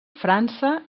frança